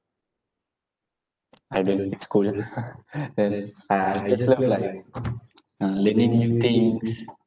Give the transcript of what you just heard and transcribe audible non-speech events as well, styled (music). I don't skip school (laughs) then uh I just love like (noise) uh learning new things